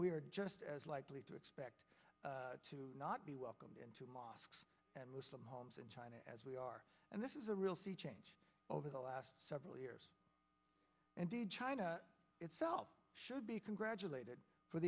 are just as likely to expect to not be welcomed into mosques and muslim homes in china as we are and this is a real sea change over the last several years and the china itself should be congratulated for